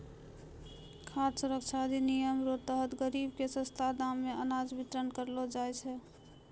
खाद सुरक्षा अधिनियम रो तहत गरीब के सस्ता दाम मे अनाज बितरण करलो जाय छै